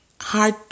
hard